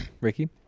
Ricky